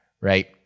Right